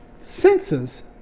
senses